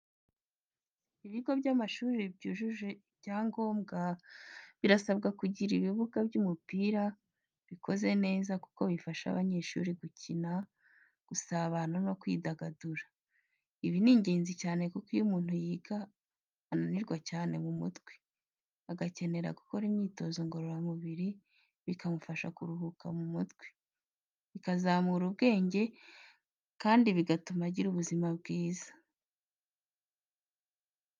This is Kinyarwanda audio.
Ibigo by’amashuri byujuje ibyangombwa, bisabwa kugira ibibuga by’umupira bikoze neza kuko bifasha abanyeshuri gukina, gusabana no kwidagadura. Ibi ni ingenzi cyane kuko iyo umuntu yiga ananirwa cyane mu mutwe, agakenera gukora imyitozo ngororamubiri bikamufasha kuruhuka mu mutwe, bikazamura ubwenge kandi bigatuma agira ubuzima bwiza.